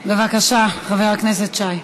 בבקשה, חבר הכנסת שי.